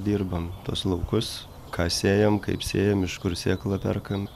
dirbam tuos laukus ką sėjam kaip sėjam iš kur sėklą perkam